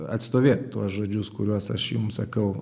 atstovėt tuos žodžius kuriuos aš jum sakau